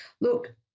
look